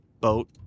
boat